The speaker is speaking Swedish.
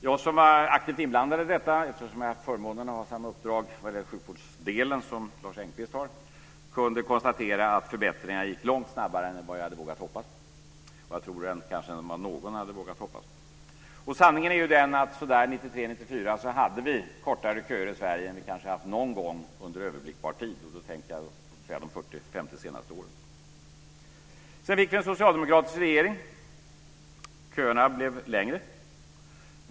Jag som var aktivt inblandad i detta - jag hade förmånen att vad gäller sjukvårdsdelen ha samma uppdrag som det Lars Engqvist nu har - kunde konstatera att förbättringarna gick långt snabbare än vad jag hade vågat hoppas på. Jag tror också att de kom snabbare än vad någon hade hoppats på. Sanningen är den att sådär 93-94 hade vi kortare köer i Sverige än vi kanske haft någon gång under överblickbar tid, och då tänker jag på de 40-50 senaste åren. Sedan fick vi en socialdemokratisk regering. Köerna blev längre.